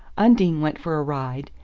undine went for a ride,